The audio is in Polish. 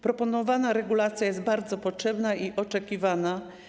Proponowana regulacja jest bardzo potrzebna i oczekiwana.